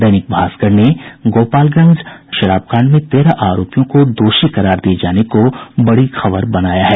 दैनिक भास्कर ने गोपालगंज जहरीली शराबकांड में तेरह आरोपियों को दोषी करार दिये जाने को बड़ी खबर बनाया है